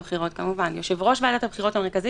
גם אנחנו ממליצים שזו תהיה הוראת שעה.